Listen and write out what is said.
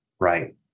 Right